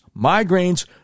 migraines